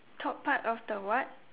top part of the what